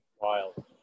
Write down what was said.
Wild